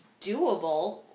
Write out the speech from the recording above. doable